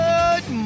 Good